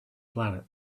planet